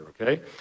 okay